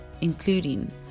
including